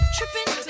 Tripping